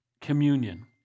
communion